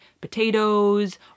potatoes